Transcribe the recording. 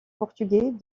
portugais